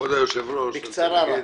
כבוד היושב-ראש, אם,